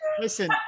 Listen